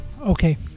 Okay